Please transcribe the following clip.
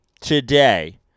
today